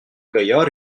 gaillard